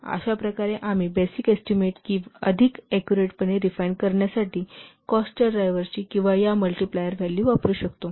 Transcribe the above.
तर अशा प्रकारे आम्ही बेसिक एस्टीमेट अधिक ऍक्युरेटपणे रिफाइन करण्यासाठी कॉस्ट ड्रायव्हर्सची किंवा या मल्टीप्लायर व्हॅल्यू वापरू शकतो